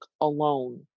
alone